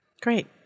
Great